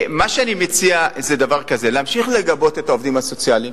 מה שאני מציע זה דבר כזה: להמשיך לגבות את העובדים הסוציאליים,